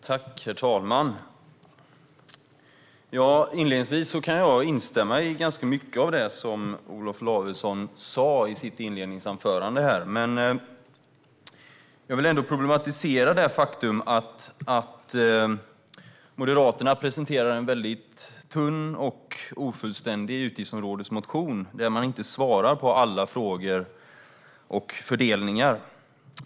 Herr talman! Inledningsvis kan jag instämma i ganska mycket av det som Olof Lavesson sa i sitt inledningsanförande. Men Moderaterna presenterade en väldigt tunn och ofullständig utgiftsområdesmotion där man inte svarar på alla frågor och fördelningar.